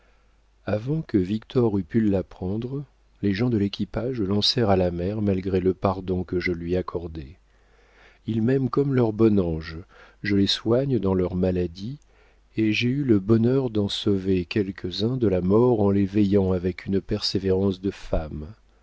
avant que victor eût pu l'apprendre les gens de l'équipage le lancèrent à la mer malgré le pardon que je lui accordais ils m'aiment comme leur bon ange je les soigne dans leurs maladies et j'ai eu le bonheur d'en sauver quelques-uns de la mort en les veillant avec une persévérance de femme